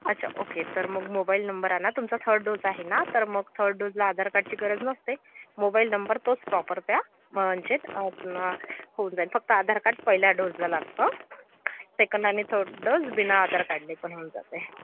अच्छा ओके तर मग मोबाईल नंबर आणा तुमचा थर्ड डोस आहे ना तर मग थर्ड डोजला आधार कार्डची गरज नसते मोबाईल नंबर तोच प्रॉपर द्या म्हणजे होऊन जाईल फक्त आधार कार्ड पहिल्या डोसला लागतं सेकंड आणि थर्ड डोस बिना आधार कार्डनी पण होऊन जातं आहे